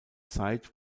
zeit